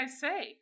say